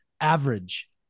average